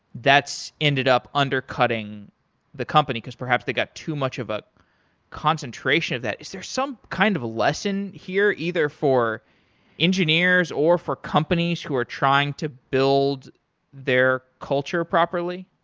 that's ended up undercutting the company, because perhaps they got too much of a concentration of that. is there some kind of a lesson here either for engineers or for companies who are trying to build their culture properly?